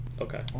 Okay